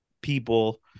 people